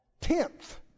Tenth